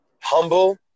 humble